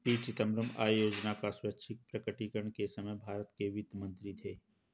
P Chidambaram आय योजना का स्वैच्छिक प्रकटीकरण के समय भारत के वित्त मंत्री थे